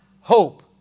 hope